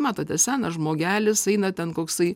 matote seną žmogelis eina ten koksai